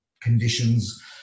conditions